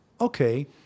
Okay